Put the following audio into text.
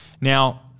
now